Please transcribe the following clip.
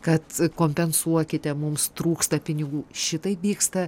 kad kompensuokite mums trūksta pinigų šitai vyksta